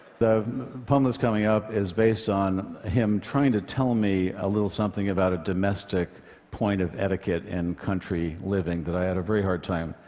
the poem that's coming up is based on him trying to tell me a little something about a domestic point of etiquette in country living that i had a very hard time,